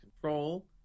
Control